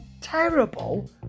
Terrible